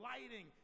lighting